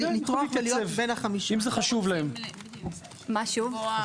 כן, יכולים להתייצב, אם זה חשוב להם.